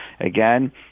again